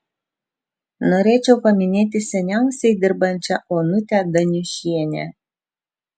norėčiau paminėti seniausiai dirbančią onutę daniušienę